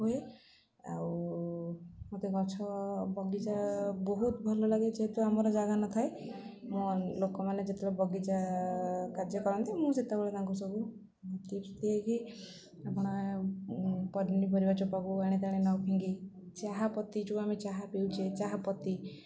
ହୁଏ ଆଉ ମୋତେ ଗଛ ବଗିଚା ବହୁତ ଭଲଲାଗେ ଯେହେତୁ ଆମର ଜାଗା ନଥାଏ ମଁ ଲୋକମାନେ ଯେତେବେଳେ ବଗିଚା କାର୍ଯ୍ୟ କରନ୍ତି ମୁଁ ସେତେବେଳେ ତାଙ୍କୁ ସବୁ ଭତ୍ତି ଫତ୍ତି ହେଇକି ଆପଣ ପନିପରିବା ଚୋପାକୁ ଆଣି ତା' ଆଣି ନ ଫିଙ୍ଗି ଚାହାପତି ଯେଉଁ ଆମେ ଚାହା ପିଉଛେ ଚାହାପତି